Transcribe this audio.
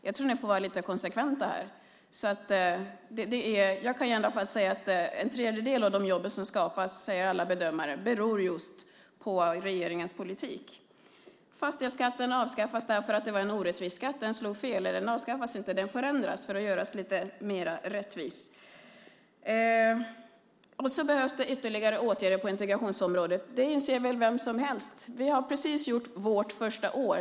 Jag tror att ni får vara lite konsekventa här. Jag kan i varje fall säga att alla bedömare säger att en tredjedel av de jobb som skapas beror just på regeringens politik. Fastighetsskatten var en orättvis skatt. Den slog fel. Den avskaffas inte, utan den förändras för att göras lite mer rättvis. Det behövs ytterligare åtgärder på integrationsområdet. Det inser vem som helst. Vi har precis gjort vårt första år.